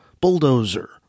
Bulldozer